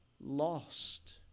lost